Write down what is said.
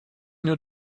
new